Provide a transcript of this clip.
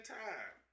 time